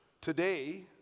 today